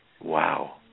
Wow